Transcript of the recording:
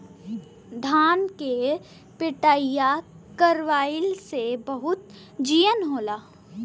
धान के पिटईया करवइले से बहुते जियान होला